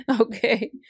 Okay